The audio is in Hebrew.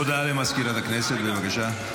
הודעה למזכירות הכנסת, בבקשה.